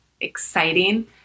exciting